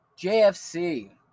JFC